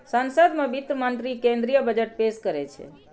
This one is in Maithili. संसद मे वित्त मंत्री केंद्रीय बजट पेश करै छै